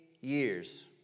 years